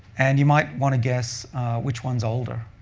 and you might want to guess which one's older.